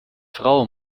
frau